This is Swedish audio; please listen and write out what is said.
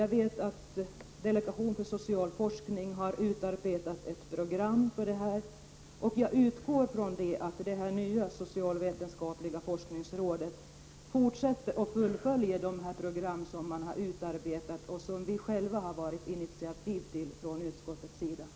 Jag vet att delegationen för social forskning har utarbetat ett program för det här ändamålet. Jag utgår från att det nya socialvetenskapliga forskningsrådet fortsätter arbetet med att fullfölja det program som har utarbetats och som vi i utskottet har tagit initiativ till.